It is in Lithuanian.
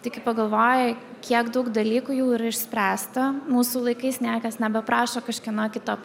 tai kai pagalvoji kiek daug dalykų jau yra išspręsta mūsų laikais niekas nebeprašo kažkieno kito